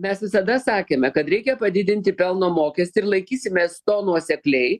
mes visada sakėme kad reikia padidinti pelno mokestį ir laikysimės to nuosekliai